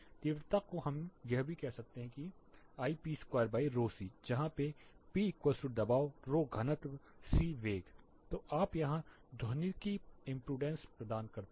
तीव्रता को हमें से भी कह सकते हैं p2 C जहां पे P दबाव ρ घनत्व c वेग तो आप यहाँ ध्वनिक इंप्रूडेंस प्राप्त करते हैं